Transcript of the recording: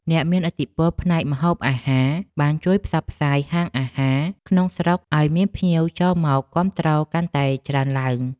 អ្នកមានឥទ្ធិពលផ្នែកម្ហូបអាហារបានជួយផ្សព្វផ្សាយហាងអាហារក្នុងស្រុកឱ្យមានភ្ញៀវចូលមកគាំទ្រកាន់តែច្រើនឡើង។